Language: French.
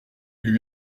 lui